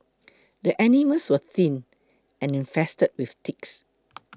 the animals were thin and infested with ticks